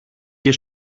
και